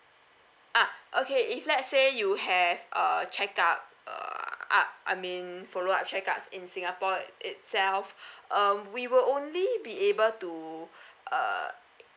ah okay if let's say you have a check up uh up I mean follow up check up in singapore itself um we will only be able to uh